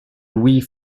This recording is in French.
louis